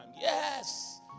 yes